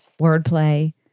wordplay